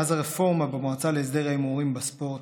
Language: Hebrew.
מאז הרפורמה במועצה להסדר ההימורים בספורט,